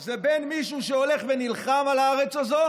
זה בין מישהו שהולך ונלחם על הארץ הזו